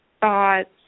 thoughts